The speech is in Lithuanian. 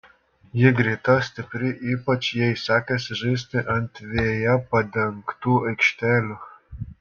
ji greita stipri ypač jai sekasi žaisti ant veja padengtų aikštelių